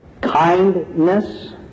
kindness